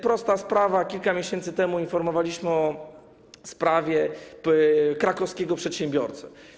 Prosta sprawa: kilka miesięcy temu informowaliśmy o sprawie krakowskiego przedsiębiorcy.